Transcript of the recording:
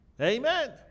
Amen